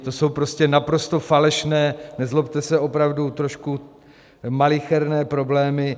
To jsou prostě naprosto falešné, nezlobte se, opravdu trošku malicherné problémy.